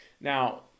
Now